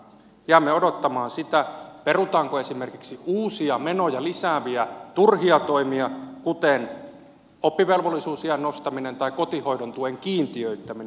jäämme odottamaan sitä perutaanko esimerkiksi uusia menoja lisääviä turhia toimia kuten oppivelvollisuusiän nostaminen tai kotihoidon tuen kiintiöittäminen